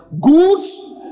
Goods